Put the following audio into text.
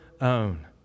own